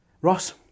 Ross